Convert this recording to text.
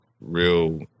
real